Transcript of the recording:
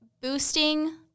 boosting